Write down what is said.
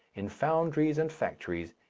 in foundries and factories,